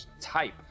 type